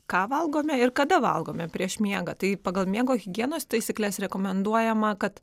ką valgome ir kada valgome prieš miegą tai pagal miego higienos taisykles rekomenduojama kad